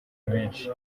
menshi